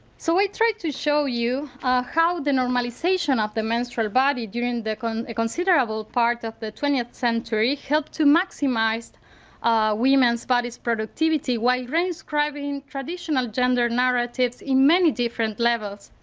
so i tried to show you how the normalization of the menstrual body during the considerable part of the twentieth century helped to maximize women's body's productivity while re-inscribing traditional gender narratives in many different levels.